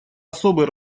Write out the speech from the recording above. особый